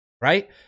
right